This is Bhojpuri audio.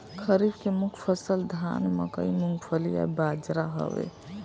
खरीफ के मुख्य फसल धान मकई मूंगफली आ बजरा हवे